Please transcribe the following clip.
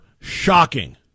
shocking